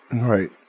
Right